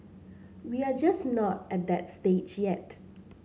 we are just not at that stage yet